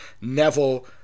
Neville